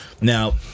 Now